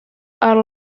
are